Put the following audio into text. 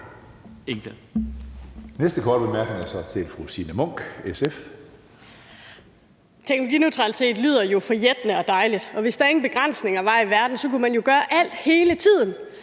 næste korte bemærkning er til fru Signe Munk, SF. Kl. 11:54 Signe Munk (SF): Teknologineutralitet lyder jo forjættende og dejligt, og hvis der ingen begrænsninger var i verden, kunne man jo gøre alt hele tiden.